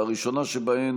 והראשונה שבהן,